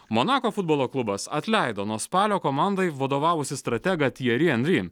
monako futbolo klubas atleido nuo spalio komandai vadovavusį strategą tjeri enri